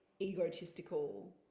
egotistical